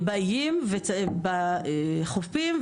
בחופים,